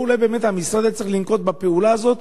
פה אולי באמת המשרד היה צריך לנקוט את הפעולה הזאת